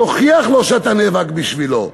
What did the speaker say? תוכיח לו שאתה נאבק בשבילו.